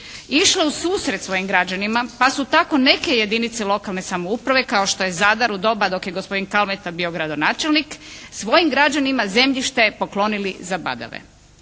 išle u susret svojim građanima pa su tako neke jedince lokalne samouprave kao što je Zadar u doba dok je gospodin Kalmeta bio gradonačelnik, svojim građanima zemljište poklonili za badava,